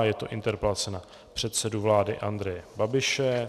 Je to interpelace na předsedu vlády Andreje Babiše.